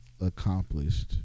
accomplished